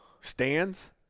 Stands